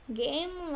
game